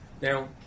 now